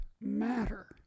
matter